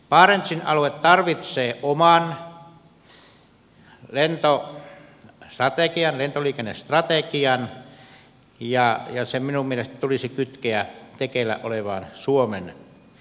barentsin alue tarvitsee oman lentoliikennestrategian ja se minun mielestäni tulisi kytkeä tekeillä olevaan suomen strategiaan